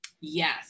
Yes